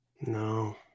No